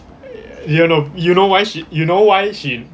ya no you know why she you know why she